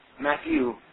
Matthew